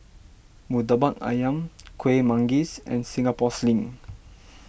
Murtabak Ayam Kuih Manggis and Singapore Sling